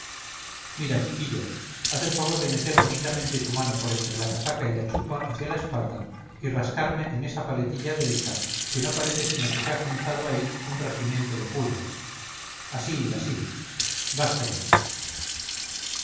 mira chiquillo haz el favor de meter bonitamente tu mano por entre la casaca y la chupa hacia la espalda y rascarme en esa paletilla derecha que no parece sino que se ha juntado ahí un regimiento de pulgas así así basta ya